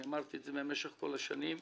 אמרתי את זה במשך כל השנים.